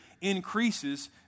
increases